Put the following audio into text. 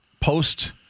post